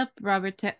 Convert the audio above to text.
robert